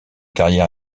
carrière